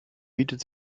bietet